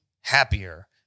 happier